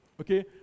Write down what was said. okay